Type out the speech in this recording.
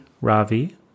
Ravi